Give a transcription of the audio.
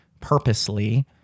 purposely